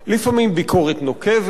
לפעמים ביקורת נוקבת,